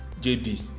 jb